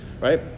right